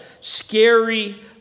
scary